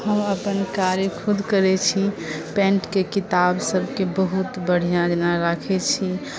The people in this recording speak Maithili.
हम अपन कार्य खुद करै छी पेण्ट के किताब सभकेँ बहुत बढ़िऑं जेना राखै छी